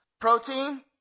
protein